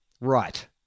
right